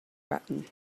button